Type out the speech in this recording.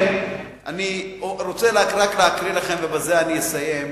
אני רוצה רק לקרוא לכם, ובזה אני אסיים,